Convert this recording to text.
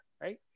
right